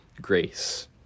grace